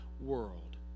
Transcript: world